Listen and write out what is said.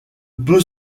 peut